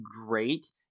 great